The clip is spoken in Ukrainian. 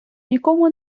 нікому